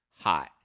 hot